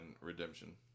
Redemption